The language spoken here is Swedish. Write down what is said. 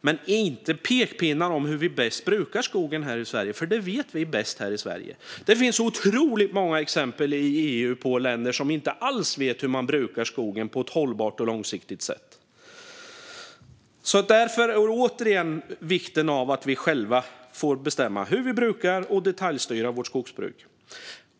Men vi vill inte ha pekpinnar om hur vi bäst brukar skogen här i Sverige, för det vet vi bäst här i Sverige. Det finns otroligt många exempel i EU på länder som inte alls vet hur man brukar skogen på ett hållbart och långsiktigt sätt. Därför vill jag återigen trycka på vikten av att vi själva får bestämma hur vi brukar och detaljstyr vårt skogsbruk.